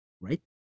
right